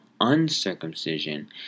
uncircumcision